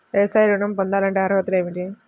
వ్యవసాయ ఋణం పొందాలంటే అర్హతలు ఏమిటి?